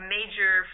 major